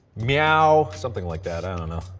meow. something like that, i don't know.